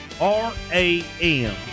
R-A-M